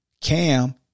Cam